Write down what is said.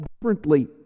differently